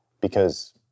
because-